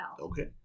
Okay